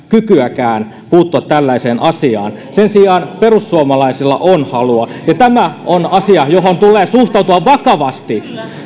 kykyäkään puuttua tällaiseen asiaan sen sijaan perussuomalaisilla on halua ja tämä on asia johon tulee suhtautua vakavasti